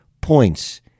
points